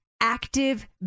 active